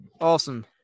Awesome